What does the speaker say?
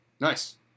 Nice